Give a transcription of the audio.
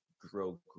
grow